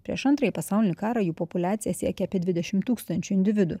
prieš antrąjį pasaulinį karą jų populiacija siekė apie dvidešim tūkstančių individų